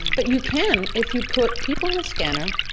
but you can, if you put people in a scanner,